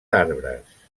arbres